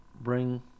bring